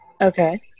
Okay